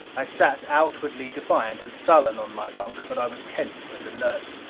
i sat outwardly defiant and sullen on my bunk. but i was tense and alert,